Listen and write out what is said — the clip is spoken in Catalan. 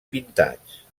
pintats